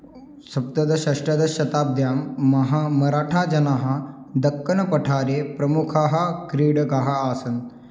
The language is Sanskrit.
सप्तदश अष्टदशशताब्द्यां महामराठाजनाः दक्कनपठारे प्रमुखाः क्रीडकाः आसन्